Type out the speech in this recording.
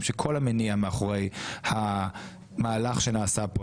שכל המניע מאחורי המהלך שנעשה כאן,